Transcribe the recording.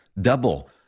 Double